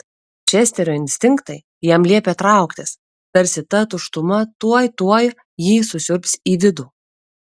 česterio instinktai jam liepė trauktis tarsi ta tuštuma tuoj tuoj jį susiurbs į vidų